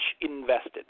invested